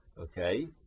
okay